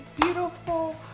beautiful